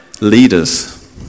Leaders